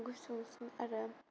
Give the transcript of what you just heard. गुसुं गुसुं आरो